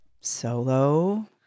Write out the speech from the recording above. Solo